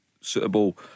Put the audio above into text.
suitable